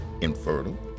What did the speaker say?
infertile